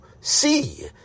see